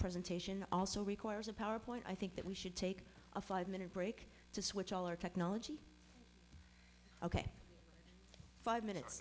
presentation also requires a power point i think that we should take a five minute break to switch all our technology ok five minutes